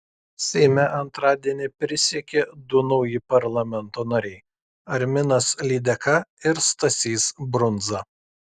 seime antradienį prisiekė du nauji parlamento nariai arminas lydeka ir stasys brundza